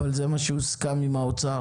אבל זה מה שהוסכם עם האוצר.